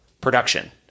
production